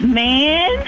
man